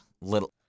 little